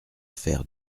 fer